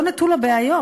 לא נטול הבעיות,